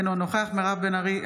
אינו נוכח מירב בן ארי,